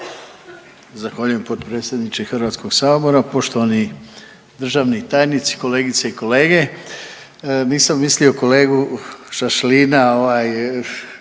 Zahvaljujem potpredsjedniče HS-a, poštovani državni tajnici, kolegice i kolege. Nisam mislio kolegu Šašlina ovaj